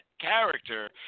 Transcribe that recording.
character